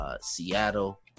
Seattle